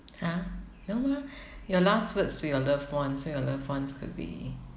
!huh! no mah your last words to your loved ones so your loved ones could be